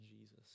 Jesus